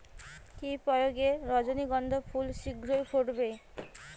কি প্রয়োগে রজনীগন্ধা ফুল শিঘ্র ফুটবে?